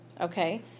Okay